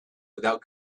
without